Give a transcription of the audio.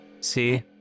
See